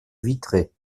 vitré